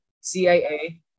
CIA